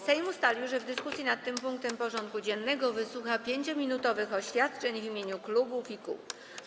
Sejm ustalił, że w dyskusji nad tym punktem porządku dziennego wysłucha 5-minutowych oświadczeń w imieniu klubów i kół.